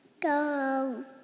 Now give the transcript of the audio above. Go